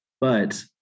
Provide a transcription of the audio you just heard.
But-